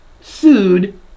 sued